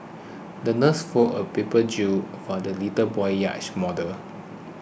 the nurse folded a paper jib for the little boy's yacht model